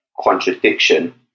contradiction